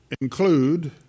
include